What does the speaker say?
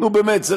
נו, באמת.